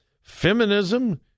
feminism